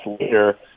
later